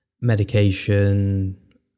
medication